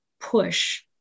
push